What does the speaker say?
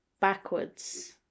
backwards